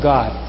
God